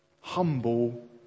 humble